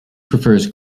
prefers